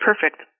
perfect